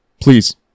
please